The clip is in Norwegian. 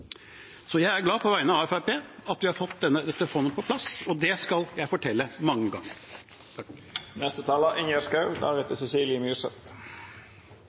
Så jeg er glad, på vegne av Fremskrittspartiet, for at vi har fått dette fondet på plass. Det skal jeg fortelle mange ganger.